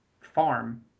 farm